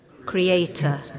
creator